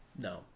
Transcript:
no